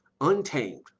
untamed